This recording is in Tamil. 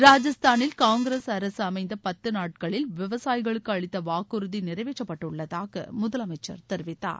ராஜஸ்தானில் காங்கிரஸ் அரசு அமைந்த பத்து நாட்களில் விவசாயிகளுக்கு அளித்த வாக்குறதி நிறைவேற்றப்பட்டுள்ளதாக முதலமைச்சர் தெரிவித்தார்